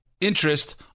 interest